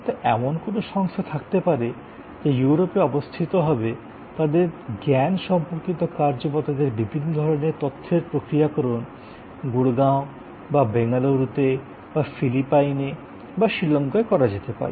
তা এমন কোনও সংস্থা থাকতে পারে যা ইউরোপে অবস্থিত তবে তাদের জ্ঞান সম্পর্কিত কার্য বা তাদের বিভিন্ন ধরণের তথ্যের প্রক্রিয়াকরণ গুড়গাঁও বা বেঙ্গালুরুতে বা ফিলিপাইনে বা শ্রীলঙ্কায় করা যেতে পারে